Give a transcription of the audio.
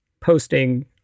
posting